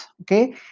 okay